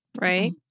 right